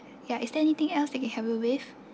ya is there anything else I can help you with